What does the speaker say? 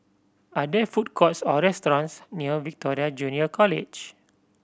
are there food courts or restaurants near Victoria Junior College